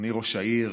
אדוני ראש העיר,